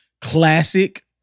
classic